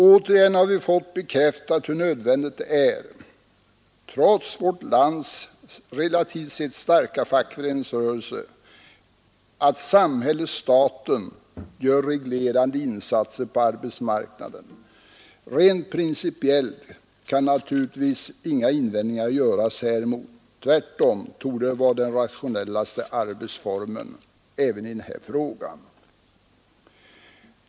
Återigen har vi fått bekräftat hur nödvändigt det är, trots vårt lands relativt sett starka fackföreningsrörelse, att samhället, staten, gör reglerande insatser på arbetsmarknaden. Rent principiellt kan naturligtvis inga invändningar göras häremot. Tvärtom torde det vara den rationellaste arbetsformen även när det gäller denna fråga.